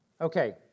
Okay